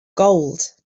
gold